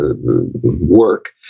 work